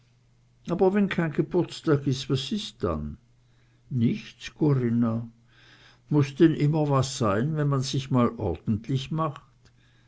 aber wenn kein geburtstag ist was ist dann nichts corinna muß denn immer was sein wenn man sich mal ordentlich macht